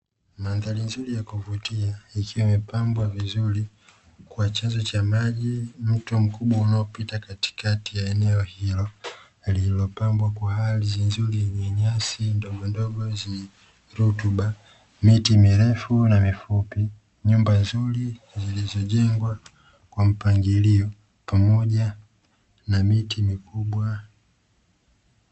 Mandhari nzuri ya kuvutia ikiwa imepambwa vizuri kwa chanzo cha maji: mto mkubwa unaopita katikati ya eneo hilo lililopambwa kwa ardhi nzuri yenye nyasi ndogondogo zenye rutuba, miti mirefu na mifupi, nyumba nzuri zilizojengwa kwa mpangilio pamoja na miti mikubwa.